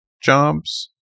jobs